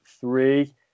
three